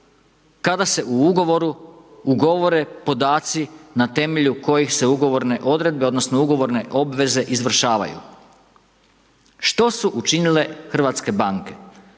kada se u ugovoru ugovore podaci na temelju kojih se ugovorne odredbe odnosno ugovorne obveze izvršavaju. Što su učinile hrvatske banke?